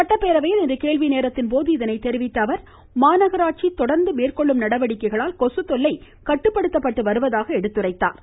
சட்டப்பேரவையில் இன்று கேள்வி நேரத்தின்போது இதனை தெரிவித்த அவர் மாநகராட்சி தொடர்ந்து மேற்கொள்ளும் நடவடிக்கைகளால் கொசுத்தொல்லை கட்டுப்படுத்தப்பட்டு வருவதாகவும் அவர் கூறினார்